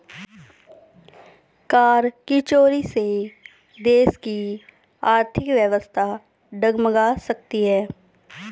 कर की चोरी से देश की आर्थिक व्यवस्था डगमगा सकती है